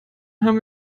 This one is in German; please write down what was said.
haben